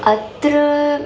अत्र